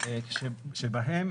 שבהם